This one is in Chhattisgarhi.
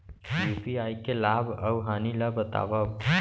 यू.पी.आई के लाभ अऊ हानि ला बतावव